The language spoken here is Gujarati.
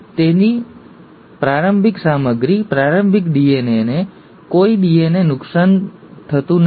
તેથી પ્રારંભિક સામગ્રી પ્રારંભિક ડીએનએને કોઈ ડીએનએ નુકસાન થતું નથી